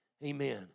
Amen